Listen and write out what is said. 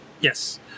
Yes